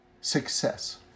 success